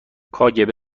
کاگب